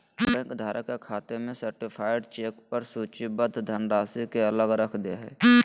bank धारक के खाते में सर्टीफाइड चेक पर सूचीबद्ध धनराशि के अलग रख दे हइ